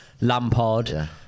Lampard